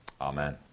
Amen